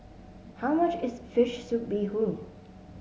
how much is fish soup Bee Hoon